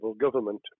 government